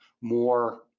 more